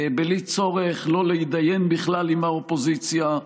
בלי צורך להידיין בכלל עם האופוזיציה,